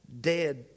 dead